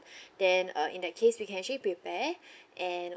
then uh in that case we can actually prepare and